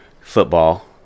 football